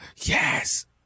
Yes